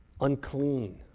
unclean